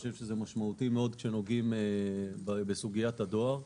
זה חשוב מאוד כשנוגעים בסוגיית הדואר,